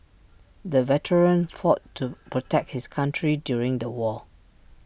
the veteran fought to protect his country during the war